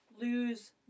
lose